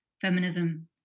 feminism